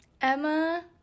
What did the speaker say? Emma